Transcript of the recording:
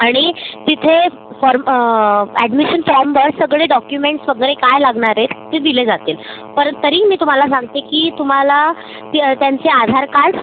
आणि तिथे form admission फॉर्मवर सगळे डॉक्युमेंटस् सगळे काय लागणार आहेत ते दिले जातील परत तरीही मी तुम्हाला सांगते की तुम्हाला त्यांचे आधार कार्ड